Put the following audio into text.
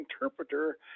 interpreter